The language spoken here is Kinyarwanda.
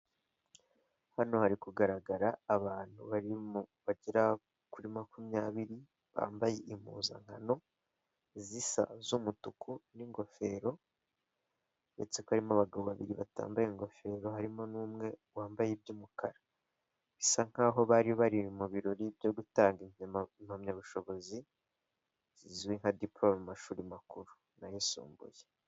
Hano hari kugaragara abantu bagera kuri makumyabiri bambaye impuzankano zisa z'umutuku, n'ingofero ndetse ko harimo abagabo babiri batambaye ingofero, harimo n'umwe wambaye iby'umukara bisa nkaho bari bari mu birori byo gutanga impamyabushobozi zizwi nka diporome mu mashuri makuru n'ayisumbuye.